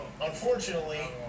unfortunately